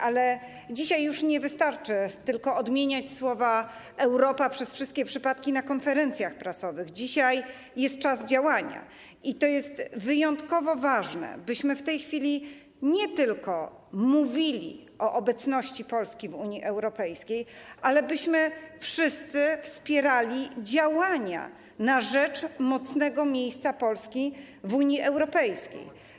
Ale dzisiaj już nie wystarczy tylko odmienianie słowa ˝Europa˝ przez wszystkie przypadki na konferencjach prasowych, dzisiaj jest czas działania i wyjątkowo ważne jest, abyśmy w tej chwili nie tylko mówili o obecności Polski w Unii Europejskiej, ale także wspierali wszyscy działania na rzecz mocnego miejsca Polski w Unii Europejskiej.